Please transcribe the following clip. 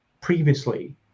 previously